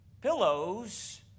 Pillows